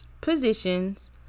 positions